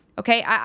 Okay